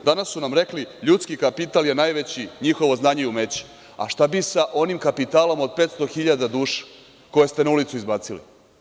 Danas su nam rekli – ljudski kapital je najveći, njihovo znanje i umeće, a šta bi sa onim kapitalom od 500.000 duša koje ste na ulicu izbacili?